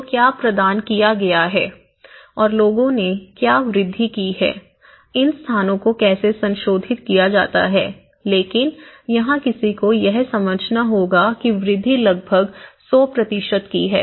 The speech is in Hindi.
तो क्या प्रदान किया गया है और लोगों ने क्या वृद्धि की है इन स्थानों को कैसे संशोधित किया जाता है लेकिन यहां किसी को यह समझना होगा कि वृद्धि लगभग 100 प्रतिशत की है